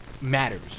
matters